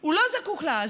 הוא לא זקוק לה אז.